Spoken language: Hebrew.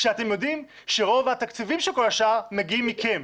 כשאתם יודעים שרוב התקציבים של כל השאר מגיעים מכם.